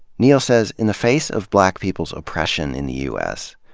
neal says, in the face of black people's oppression in the u s,